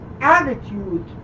attitude